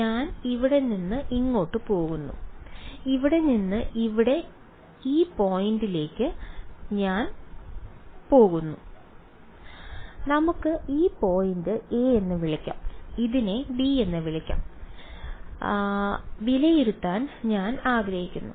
ഞാൻ ഇവിടെ നിന്ന് ഇങ്ങോട്ട് പോകുന്നു ഇവിടെ നിന്ന് ഇവിടെ ഈ പോയിന്റിലേക്ക് പോകുന്നു നമുക്ക് ഈ പോയിന്റ് a എന്ന് വിളിക്കാം ഇതിനെ b എന്ന് വിളിക്കാം എന്ന് വിലയിരുത്താൻ ഞാൻ ആഗ്രഹിക്കുന്നു